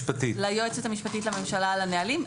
ליועצת המשפטית לממשלה על הנהלים.